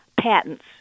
patents